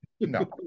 no